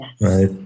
Right